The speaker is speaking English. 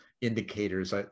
indicators